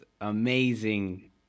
amazing